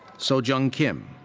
so jung kim,